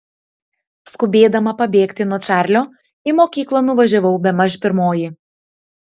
skubėdama pabėgti nuo čarlio į mokyklą nuvažiavau bemaž pirmoji